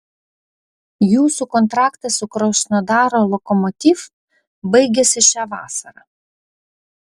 jūsų kontraktas su krasnodaro lokomotiv baigiasi šią vasarą